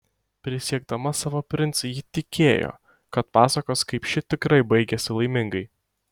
prisiekdama savo princui ji tikėjo kad pasakos kaip ši tikrai baigiasi laimingai